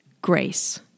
Grace